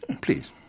Please